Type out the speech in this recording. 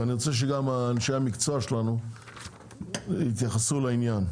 ואני רוצה שגם אנשי המקצוע שלנו יתייחסו לעניין,